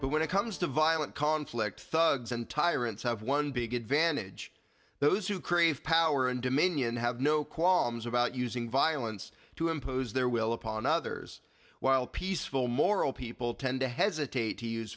but when it comes to violent conflict thugs and tyrants have one big advantage those who crave power and dominion have no qualms about using violence to impose their will upon others while peaceful moral people tend to hesitate to use